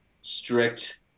strict